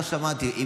לא שמעתי.